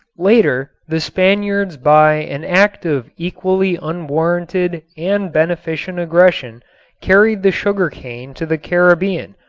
later the spaniards by an act of equally unwarranted and beneficent aggression carried the sugar cane to the caribbean,